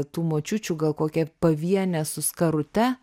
tų močiučių gal kokia pavienė su skarute